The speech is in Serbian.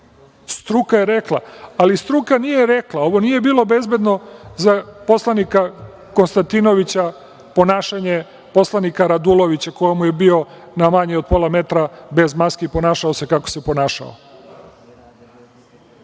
Struka je rekla. Ali, struka nije rekla - ovo nije bilo bezbedno za poslanika Konstantinovića, ponašanje poslanika Radulovića, koji mu je bio na manje od pola metra bez maske i ponašao se kako se ponašao. Jasno